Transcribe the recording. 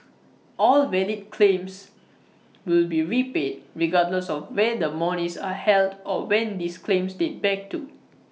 all valid claims will be repaid regardless of where the monies are held or when these claims date back to